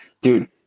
dude